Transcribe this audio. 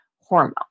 hormone